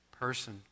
person